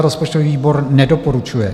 Rozpočtový výbor nedoporučuje.